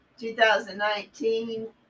2019